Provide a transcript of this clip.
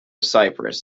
cyprus